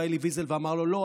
בא אלי ויזל ואמר לו: לא,